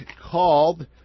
called